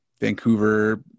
Vancouver